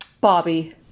Bobby